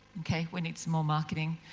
okay, we need some more marketing.